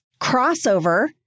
crossover